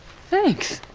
thanks.